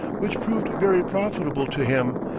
which proved very profitable to him,